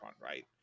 right